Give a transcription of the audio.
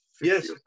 yes